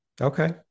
Okay